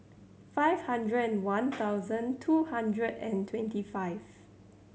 five hundred and one thousand two hundred and twenty five